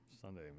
Sunday